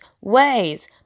ways